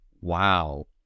Wow